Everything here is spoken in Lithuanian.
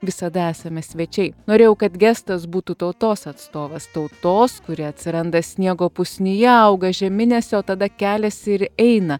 visada esame svečiai norėjau kad gestas būtų tautos atstovas tautos kuri atsiranda sniego pusnyje auga žeminėse o tada keliasi ir eina